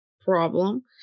problem